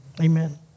amen